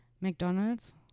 McDonald's